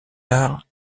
tard